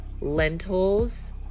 lentils